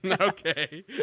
Okay